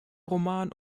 roman